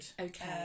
Okay